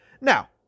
Now